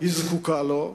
זקוקה לה.